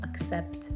accept